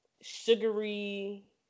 sugary